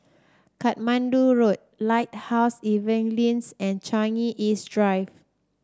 Katmandu Road Lighthouse Evangelism and Changi East Drive